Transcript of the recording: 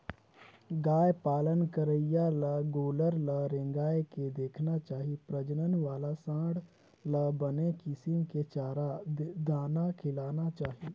गाय पालन करइया ल गोल्लर ल रेंगाय के देखना चाही प्रजनन वाला सांड ल बने किसम के चारा, दाना खिलाना चाही